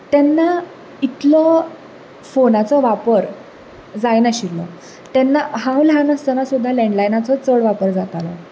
तेन्ना इतलो फोनाचो वापर जायनाशिल्लो तेन्ना हांव ल्हान आसतना सुद्दां लॅण्डलायनाचो चड वापर जातालो